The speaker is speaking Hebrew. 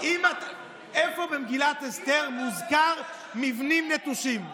אני שואל אותך חידה: איפה במגילת אסתר מוזכרים מבנים נטושים?